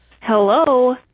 Hello